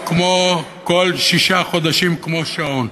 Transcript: כל שישה חודשים כמו שעון,